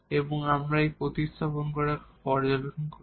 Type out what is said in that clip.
এবং আমরা এখন প্রতিস্থাপন করে পর্যবেক্ষণ করতে পারি